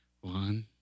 One